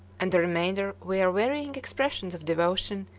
and the remainder wear varying expressions of devotion,